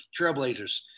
Trailblazers